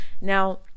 now